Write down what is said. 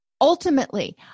Ultimately